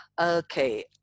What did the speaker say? Okay